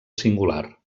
singular